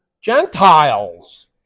Gentiles